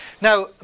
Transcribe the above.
Now